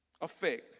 effect